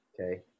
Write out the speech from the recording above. Okay